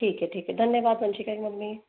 ठीक है ठीक है धन्यवाद वंशिका की मम्मी